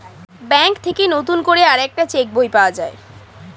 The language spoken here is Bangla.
ব্যাঙ্ক থেকে নতুন করে আরেকটা চেক বই পাওয়া যায়